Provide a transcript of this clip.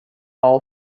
all